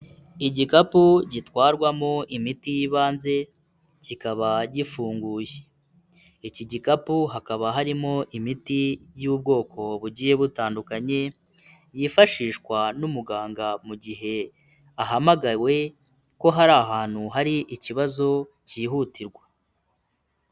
Igikapu gitwarwamo imiti y'ibanze kikaba gifunguye, iki gikapu hakaba harimo imiti y'ubwoko bugiye butandukanye, yifashishwa n'umuganga mu gihe ahamagawe ko hari ahantu hari ikibazo kihutirwa.